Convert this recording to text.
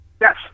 yes